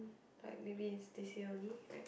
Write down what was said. but maybe is this year only right